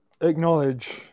acknowledge